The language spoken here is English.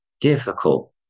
difficult